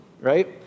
right